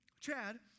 Chad